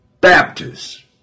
Baptists